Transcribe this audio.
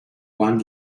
one